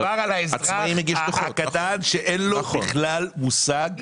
מדובר על האזרח הקטן שאין לו בכלל מושג.